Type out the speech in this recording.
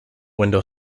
window